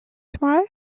tomorrow